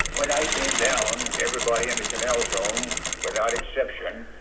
when i came down, everybody in the canal zone without exception,